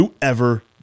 whoever